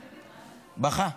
בכה.